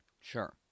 Sure